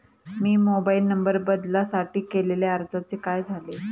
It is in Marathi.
मी मोबाईल नंबर बदलासाठी केलेल्या अर्जाचे काय झाले?